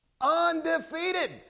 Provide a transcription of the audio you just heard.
Undefeated